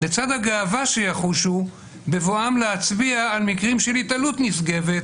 לצד הגאווה שיחושו בבואם להצביע על מקרים של התעללות נשגבת,